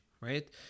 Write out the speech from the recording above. right